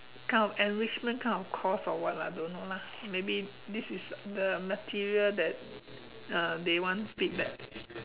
kind of enrichment kind of course or what lah don't know lah maybe this is the material that uh they want feedback